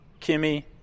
Kimmy